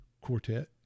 quartet